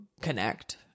connect